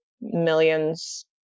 millions